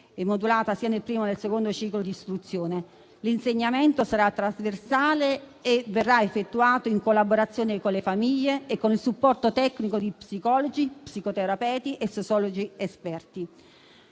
modulata sia nel primo che nel secondo ciclo di istruzione. L'insegnamento sarà trasversale e verrà effettuato in collaborazione con le famiglie e con il supporto tecnico di psicologi, psicoterapeuti e sessuologi esperti.